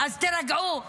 אז תירגעו,